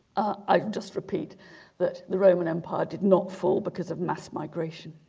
i just repeat that the roman empire did not fall because of mass migration